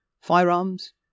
firearms